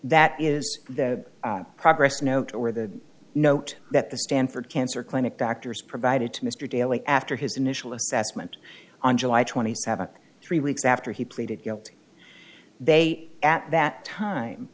that is the progress note or the note that the stanford cancer clinic the actors provided to mr daly after his initial assessment on july twenty seventh three weeks after he pleaded guilty they at that time